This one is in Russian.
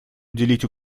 уделить